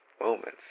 moments